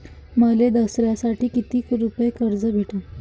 मले दसऱ्यासाठी कितीक रुपये कर्ज भेटन?